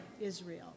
Israel